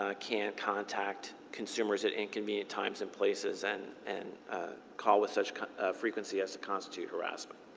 ah can't contact consumers at inconvenient times and places, and and call with such frequency as to constitute harassment.